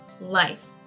life